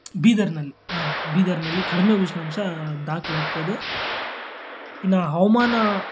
ಬೀದರ್ನಲ್ಲಿ ಹಾಂ ಬೀದರ್ನಲ್ಲಿ ಕಡಿಮೆ ಉಷ್ಣಾಂಶ ದಾಖಲಾಗ್ತದೆ ಇನ್ನು ಹವಮಾನ